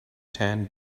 tan